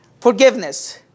Forgiveness